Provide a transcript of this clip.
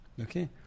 okay